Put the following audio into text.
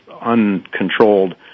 uncontrolled